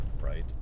right